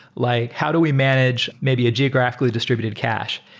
like how do we manage maybe a geographically distributed cache?